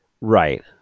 Right